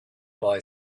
boy